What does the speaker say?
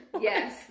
Yes